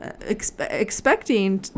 expecting